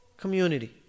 community